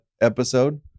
episode